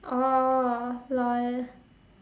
oh lol